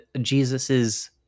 Jesus's